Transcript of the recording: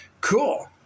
cool